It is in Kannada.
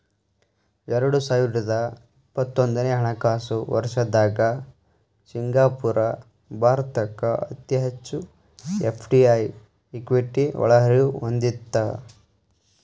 ಎರಡು ಸಾವಿರದ ಇಪ್ಪತ್ತೊಂದನೆ ಹಣಕಾಸು ವರ್ಷದ್ದಾಗ ಸಿಂಗಾಪುರ ಭಾರತಕ್ಕ ಅತಿ ಹೆಚ್ಚು ಎಫ್.ಡಿ.ಐ ಇಕ್ವಿಟಿ ಒಳಹರಿವು ಹೊಂದಿತ್ತ